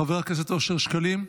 חבר הכנסת אושר שקלים,